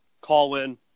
call-in